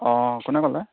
অঁ কোনে ক'লে